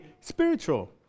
spiritual